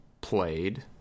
played